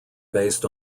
based